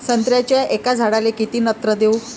संत्र्याच्या एका झाडाले किती नत्र देऊ?